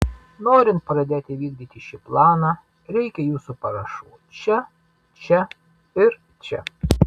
norint pradėti vykdyti šį planą reikia jūsų parašų čia čia ir čia